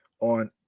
on